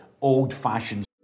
old-fashioned